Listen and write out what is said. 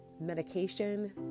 medication